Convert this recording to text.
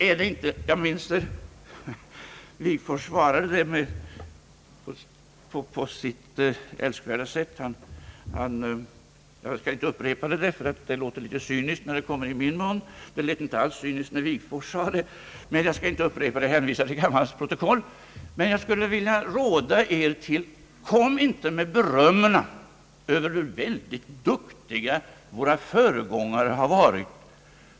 Jag minns hur, Wigforss besvarade detta på sitt älskvärda sätt. Jag kan inte upprepa det därför att det skulle låta litet cyniskt när det kommer i min mun. Det lät inte alls cyniskt när Wigforss sade det. Jag hänvisar där bara till kammarens protokoll. Man jag skulle vilja ge er rådet: Kom inte med beröm om hur väldigt duktiga våra föregångare varit!